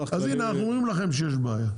הינה, אנחנו אומרים לכם שיש בעיה.